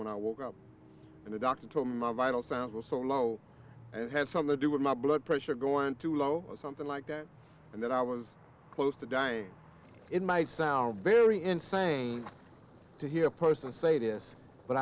when i woke up and the doctor told my vitals out was so low it had something to do with my blood pressure going to low something like that and that i was close to die it might sound very insane to hear a person say this but